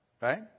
Right